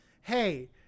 hey